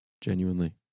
genuinely